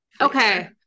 Okay